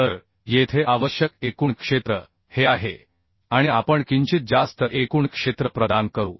तर येथे आवश्यक एकूण क्षेत्र हे आहे आणि आपण किंचित जास्त एकूण क्षेत्र प्रदान करू